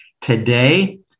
Today